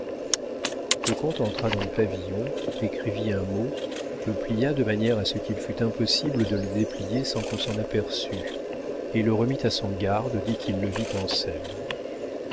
le comte entra dans le pavillon écrivit un mot le plia de manière qu'il fût impossible de le déplier sans qu'on s'en aperçût et le remit à son garde dès qu'il le vit en selle